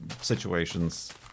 situations